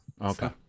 okay